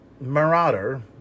Marauder